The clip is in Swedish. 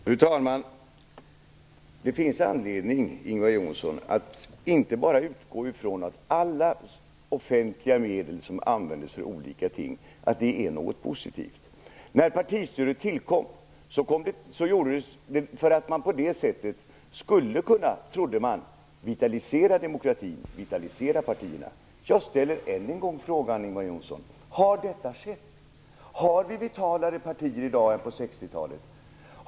Fru talman! Det finns anledning, Ingvar Johnsson, att inte bara utgå från att alla offentliga medel som används för olika ting är något positivt. Partistödet tillkom för att man trodde att man på det sättet skulle kunna vitalisera demokratin och partierna. Jag ställer än en gång frågan till Ingvar Johnsson om detta har skett. Har vi vitalare partier i dag än på 60-talet?